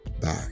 Bye